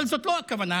אבל זאת לא הכוונה,